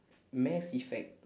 mass effect